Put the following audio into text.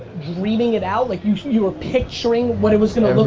dreaming it out? like you you were picturing what it was gonna look